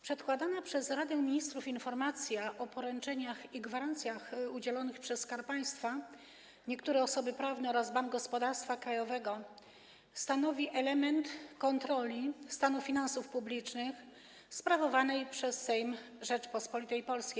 Przedkładana przez Radę Ministrów informacja o poręczeniach i gwarancjach udzielonych przez Skarb Państwa, niektóre osoby prawne oraz Bank Gospodarstwa Krajowego stanowi element kontroli stanu finansów publicznych sprawowanej przez Sejm Rzeczypospolitej Polskiej.